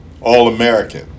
All-American